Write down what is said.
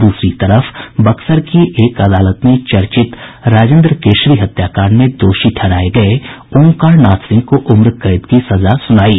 दूसरी तरफ बक्सर की एक अदालत ने चर्चित राजेन्द्र केशरी हत्याकांड में दोषी ठहराये गये ओंकारनाथ सिंह को उम्र कैद की सजा सुनायी